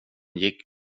gick